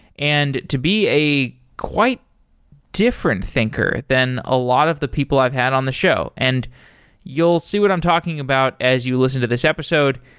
and to be a quite different thinker than a lot of the people i've had on the show. and you'll see what i'm talking about as you'll listen to this episode.